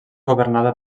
governada